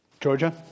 Georgia